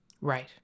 Right